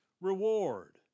reward